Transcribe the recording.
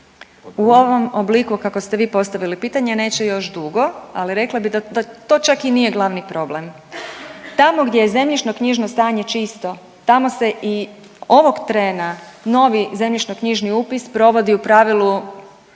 U ovom obliku kako ste vi postavili pitanje neće još dugo, ali rekla bi da to čak i nije glavni problem. Tamo gdje je zemljišno-knjižno stanje čisto, tamo se i ovog trena novi zemljišno-knjižni upis provodi u pravilu